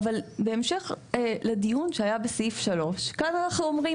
אבל בהמשך לדיון שהיה בסעיף (3), כאן אנחנו אומרים